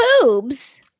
boobs